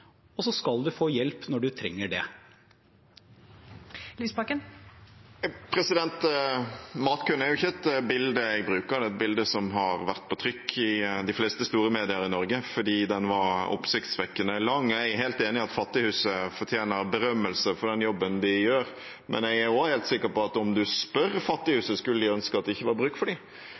skal du få hjelp når du trenger det. Matkøen er jo ikke et bilde jeg bruker. Det er et bilde som har vært på trykk i de fleste store medier i Norge, fordi den var oppsiktsvekkende lang. Jeg er helt enig i at Fattighuset fortjener berømmelse for den jobben de gjør, men jeg er også helt sikker på at om du spør Fattighuset, skulle de ønske at det ikke var bruk for